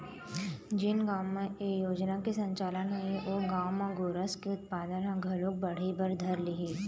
जेन गाँव म ए योजना के संचालन होही ओ गाँव म गोरस के उत्पादन ह घलोक बढ़े बर धर लिही